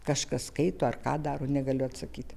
kažkas skaito ar ką daro negaliu atsakyt